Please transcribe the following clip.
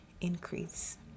increase